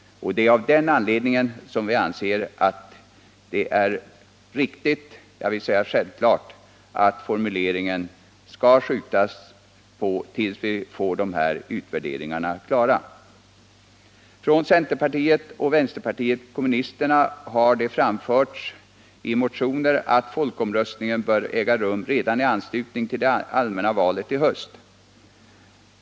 Det är av den anledningen som vi anser att det är riktigt, jag vill säga självklart, att formuleringen skall skjutas upp till dess utvärderingarna är klara. framförts att folkomröstningen bör äga rum redan i anslutning till det allmänna valet i höst.